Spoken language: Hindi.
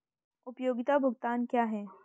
उपयोगिता भुगतान क्या हैं?